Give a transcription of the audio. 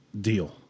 deal